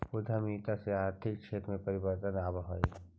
उद्यमिता से आर्थिक क्षेत्र में परिवर्तन आवऽ हई